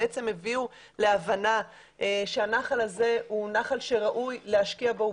בעצם הגיעו להבנה שהנחל הזה הוא נחל שראוי להשקיע בו,